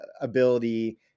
ability